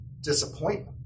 disappointment